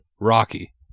Rocky